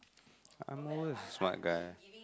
I'm always the smart guy